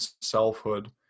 selfhood